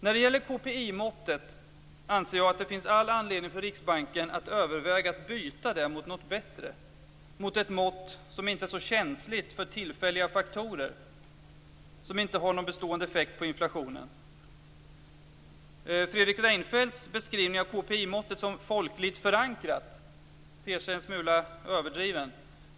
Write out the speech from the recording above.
När det gäller KPI-måttet anser jag att det finns all anledning för Riksbanken att överväga att byta det mot någonting bättre, mot ett mått som inte är så känsligt för tillfälliga faktorer som inte har någon bestående effekt på inflationen. Fredrik Reinfeldts beskrivning av KPI-måttet som folkligt förankrat ter sig en smula överdriven.